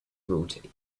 rotate